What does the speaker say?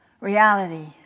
reality